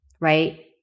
right